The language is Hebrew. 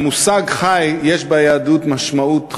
למושג ח"י יש ביהדות משמעות חיובית.